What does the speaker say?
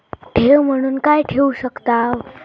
ठेव म्हणून काय ठेवू शकताव?